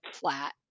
flat